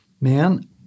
man